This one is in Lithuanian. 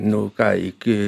nu ką iki